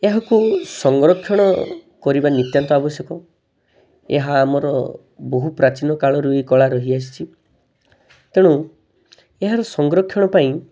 ଏହାକୁ ସଂରକ୍ଷଣ କରିବା ନିହାତି ଆବଶ୍ୟକ ଏହା ଆମର ବହୁ ପ୍ରାଚୀନକାଳରୁ ରହିଆସିଛି ତେଣୁ ଏହାର ସଂରକ୍ଷଣ ପାଇଁ